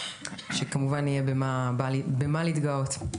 שיהיה במה להתגאות.